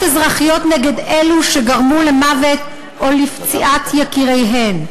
אזרחיות נגד אלה שגרמו למוות או לפציעת יקיריהם.